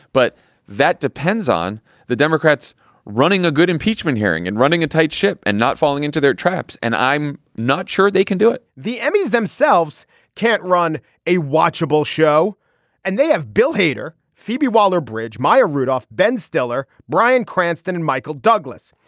but that depends on the democrats running a good impeachment hearing and running a tight ship and not falling into their traps. and i'm not sure they can do it the emmys themselves can't run a watchable show and they have bill hader phoebe waller bridge maya rudolph ben stiller bryan cranston and michael douglas.